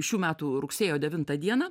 šių metų rugsėjo devintą dieną